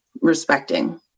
respecting